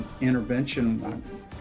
intervention